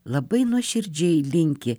labai nuoširdžiai linki